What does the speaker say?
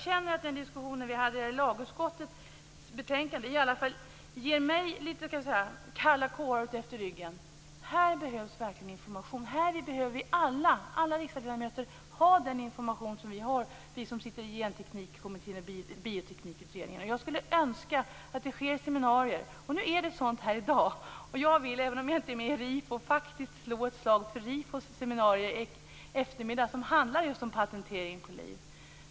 Den diskussion som återfinns i lagutskottets betänkande ger i alla fall mig kalla kårar utefter ryggen. Här behövs verkligen information. Alla riksdagsledamöter behöver ha den information som vi som sitter i Genteknikkommittén och i Bioteknikutredningen har. Jag hoppas att det anordnas seminarier, och det hålls ett sådant här i dag. Även om jag inte är med i RIFO vill jag slå ett slag för RIFO:s seminarium i eftermiddag som handlar just om patentering på liv.